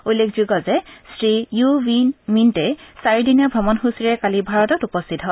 উল্লেখযোগ্য যে Shri U Win Myint চাৰিদিনীয়া ভ্ৰমণসূচীৰে কালি ভাৰতত উপস্থিত হয়